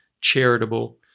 Charitable